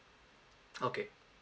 okay